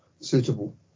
suitable